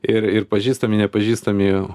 ir ir pažįstami nepažįstami